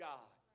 God